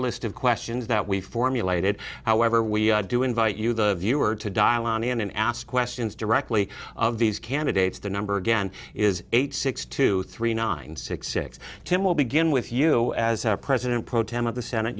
list of questions that we formulated however we do invite you the viewer to dial and ask questions directly of these candidates the number again is eight six two three nine six six tim will begin with you as president pro tem of the senate